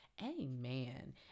Amen